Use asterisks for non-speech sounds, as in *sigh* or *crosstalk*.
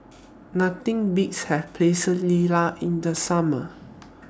Nothing Beats Have *unintelligible* in The Summer